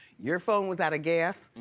your phone was outta gas,